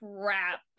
crap